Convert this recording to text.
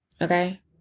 okay